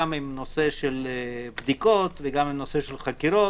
גם עם הנושא של הבדיקות וגם עם הנושא של חקירות.